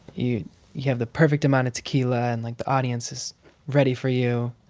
you you have the perfect amount of tequila and, like, the audience is ready for you,